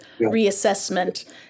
reassessment